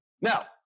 Now